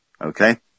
okay